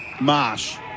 Marsh